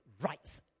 rights